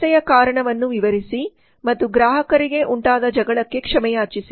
ಸಮಸ್ಯೆಯ ಕಾರಣವನ್ನು ವಿವರಿಸಿ ಮತ್ತು ಗ್ರಾಹಕರಿಗೆ ಉಂಟಾದ ಜಗಳಕ್ಕೆ ಕ್ಷಮೆಯಾಚಿಸಿ